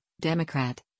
Democrat